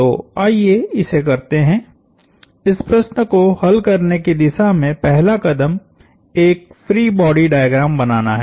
तो आइए इसे करते हैं इस प्रश्न को हल करने की दिशा में पहला कदम एक फ्री बॉडी डायग्राम बनाना है